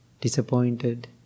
disappointed